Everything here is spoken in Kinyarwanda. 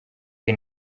the